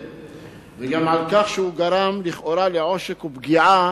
וגם על כך שהיא גרמה לכאורה עושק ופגיעה